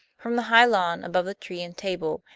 from the high lawn, above the tree and table,